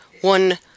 one